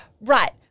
Right